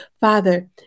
Father